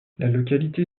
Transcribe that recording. localité